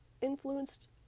influenced